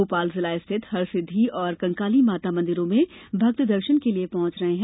भोपाल जिला स्थित हरसिद्वी और कंकाली माता मंदिरों में भक्त दर्शन के लिए पहुंच रहे हैं